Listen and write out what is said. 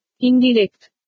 Indirect